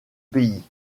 pays